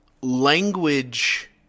language